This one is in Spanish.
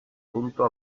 punto